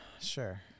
sure